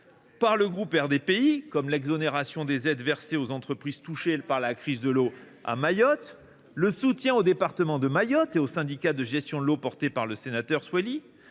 Pour le groupe RDPI, nous avons retenu l’exonération des aides versées aux entreprises touchées par la crise de l’eau à Mayotte, et le soutien au Département de Mayotte et au syndicat de gestion de l’eau, défendus par le sénateur Soilihi.